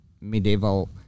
medieval